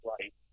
right